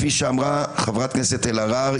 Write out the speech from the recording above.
כפי שאמרה חברת הכנסת אלהרר,